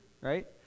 right